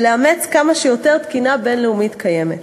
ולאמץ כמה שיותר תקינה בין-לאומית קיימת.